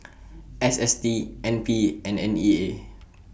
S S T N P and N E A